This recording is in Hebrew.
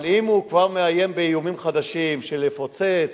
אבל אם הוא כבר מאיים באיומים חדשים של לפוצץ,